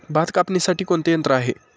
भात कापणीसाठी कोणते यंत्र आहे?